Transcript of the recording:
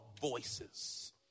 voices